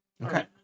Okay